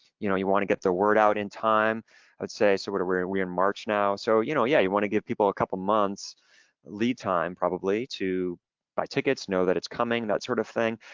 you know you wanna get the word out in time i'd say so we're we're in march now. so you know yeah, you wanna give people a couple months lead time probably to buy tickets, know that it's coming, that sort of thing.